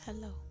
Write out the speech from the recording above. Hello